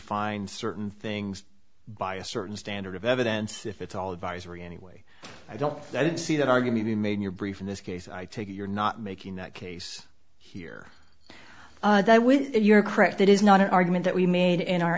find certain things by a certain standard of evidence if it's all advisory anyway i don't i don't see that argument you made your brief in this case i take it you're not making that case here that you're correct that is not an argument that we made in our